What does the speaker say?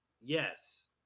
yes